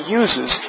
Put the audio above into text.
uses